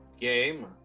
game